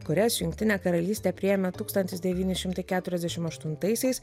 kurias jungtinė karalystė priėmė tūkstantis devyni šimtai keturiasdešim aštuntaisiais